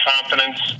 confidence